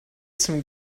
some